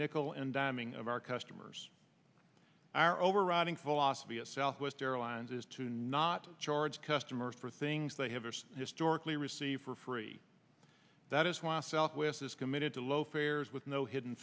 nickel and dime ing of our customers our overriding philosophy at southwest airlines is to not charge customers for things they have historically received for free that is why southwest is committed to low fares with no hidden